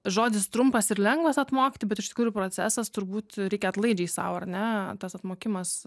žodis trumpas ir lengvas atmokti bet iš tikrųjų procesas turbūt reikia atlaidžiai sau ar ne tas atmokimas